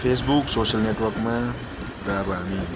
face book social नेटवर्कमा र अब हामी